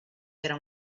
era